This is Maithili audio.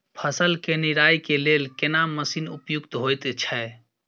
फसल के निराई के लेल केना मसीन उपयुक्त होयत छै?